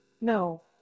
No